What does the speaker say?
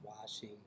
washing